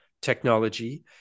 technology